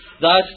Thus